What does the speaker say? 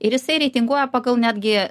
ir jisai reitinguoja pagal netgi